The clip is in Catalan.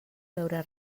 veure